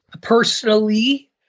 personally